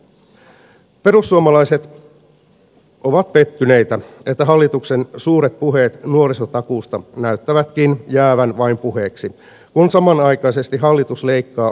perussuomalaiset ovat pettyneitä että hallituksen suuret puheet nuorisotakuusta näyttävätkin jäävän vain puheiksi kun samanaikaisesti hallitus leikkaa oppisopimuskoulutuksesta